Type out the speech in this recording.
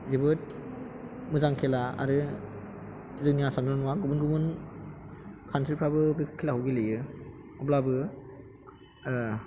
जोबोद मोजां खेला आरो जोंनि आसामल' नङा गुबुन गुबुन कान्ट्रिफ्राबो बे खेलाखौ गेलेयो अब्लाबो